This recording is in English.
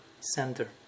center